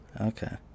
Okay